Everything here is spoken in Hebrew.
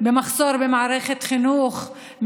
במחסור במערכת חינוך,